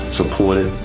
supported